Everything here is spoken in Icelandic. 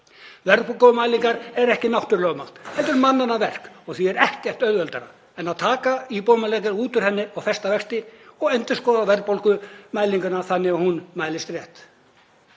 Verðbólgumælingar eru ekki náttúrulögmál heldur mannanna verk og því er ekkert auðveldara en að taka íbúðamælingar út úr henni, festa vexti og endurskoða verðbólgumælinguna þannig að hún mælist rétt.